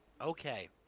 Okay